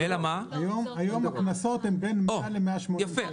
היום הקנסות הם בין 100 ל-180 שקלים.